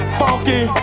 funky